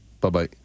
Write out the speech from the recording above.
Bye-bye